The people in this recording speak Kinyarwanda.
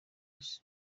isi